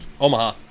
Omaha